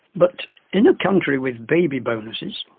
but in a country with baby bonuses,